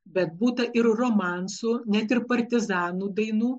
bet būta ir romansų net ir partizanų dainų